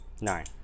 Nine